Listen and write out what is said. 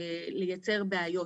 לייצר בעיות.